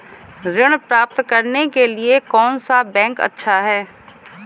ऋण प्राप्त करने के लिए कौन सा बैंक अच्छा है?